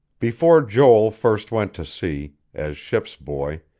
before joel first went to sea, as ship's boy,